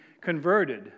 converted